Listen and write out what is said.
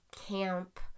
camp